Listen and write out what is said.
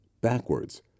Backwards